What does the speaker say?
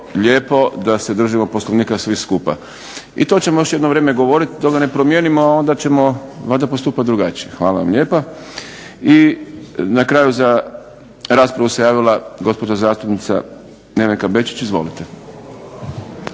da se držimo Poslovnika svi skupa. I to ćemo još jedno vrijeme govoriti dok ga ne promijenimo, a onda ćemo valjda postupati drugačije. Hvala vam lijepa. I na kraju za raspravu se javila gospođa zastupnica Nevenka Bečić. Izvolite.